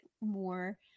more